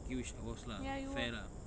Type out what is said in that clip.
okay which I was lah fair lah